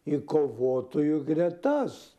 į kovotojų gretas